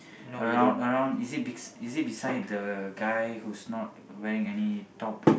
around around is it bes~ is it beside the guy who's not wearing any top